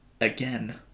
again